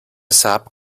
sap